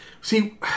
See